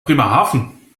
bremerhaven